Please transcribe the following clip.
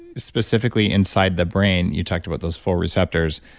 specifically inside the brain, you talked about those four receptors.